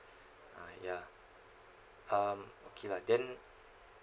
ah ya um okay lah then